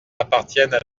appartiennent